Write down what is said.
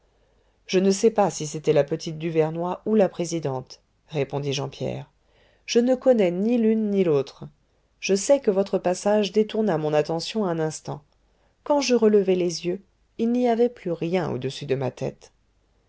je ne sais pas si c'était la petite duvernoy ou la présidente répondit jean pierre je ne connais ni l'une ni l'autre je sais que votre passage détourna mon attention un instant quand je relevai les yeux il n'y avait plus rien au-dessus de ma tête